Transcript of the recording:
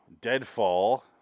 Deadfall